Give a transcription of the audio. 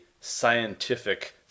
scientific